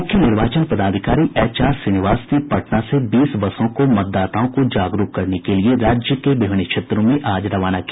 मूख्य निर्वाचन पदाधिकारी एचआर श्रीनिवास ने पटना से बीस बसों को मतदाताओं को जागरूक करने के लिये राज्य के विभिन्न क्षेत्रों में आज रवाना किया